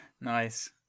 Nice